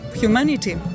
humanity